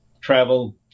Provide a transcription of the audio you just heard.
travel